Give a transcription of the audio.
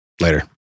later